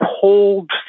pulled